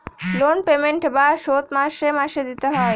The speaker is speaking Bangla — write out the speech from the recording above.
লোন পেমেন্ট বা শোধ মাসে মাসে দিতে হয়